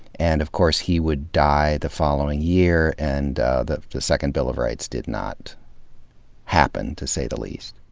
and of course he would die the following year and the the second bill of rights did not happen, to say the least.